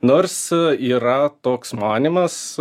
nors yra toks manymas